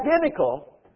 identical